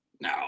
No